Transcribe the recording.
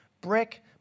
brick